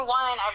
one